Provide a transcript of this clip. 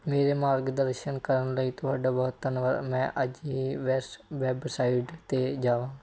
ਮੇਰਾ ਮਾਰਗਦਰਸ਼ਨ ਕਰਨ ਲਈ ਤੁਹਾਡਾ ਬਹੁਤ ਧੰਨਵਾਦ ਮੈਂ ਅੱਜ ਹੀ ਵੈੱਸ ਵੈੱਬਸਾਈਟ 'ਤੇ ਜਾਵਾਂ